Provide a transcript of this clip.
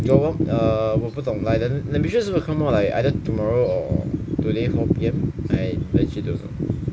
err 我不懂 like like the mission supposed to come out either tomorrow or today four P_M I legit don't know